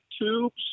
tubes